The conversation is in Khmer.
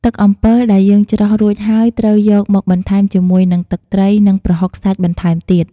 ទឹកអំំពិលដែរយើងច្រោះរូចហើយត្រូវយកមកបន្ថែមជាមួយនឹង ទឹកត្រី និង ប្រហុកសាច់បន្ថែមទៀត។